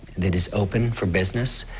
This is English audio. that is open for business.